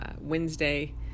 Wednesday